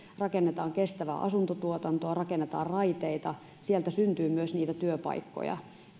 rakennetaan kestävää asuntotuotantoa rakennetaan raiteita sieltä syntyy myös niitä työpaikkoja